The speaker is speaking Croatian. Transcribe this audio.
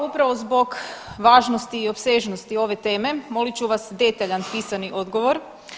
Upravo zbog važnosti i opsežnosti ove teme molit ću vas detaljan pisani odgovor.